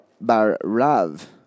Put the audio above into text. Bar-Rav